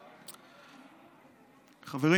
חברים,